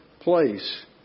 place